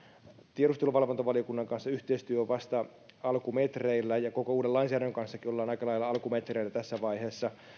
tiedusteluvalvontavaliokunnan kanssa yhteistyö on vasta alkumetreillä ja koko uuden lainsäädännön kanssakin ollaan aika lailla alkumetreillä tässä vaiheessa